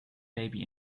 baby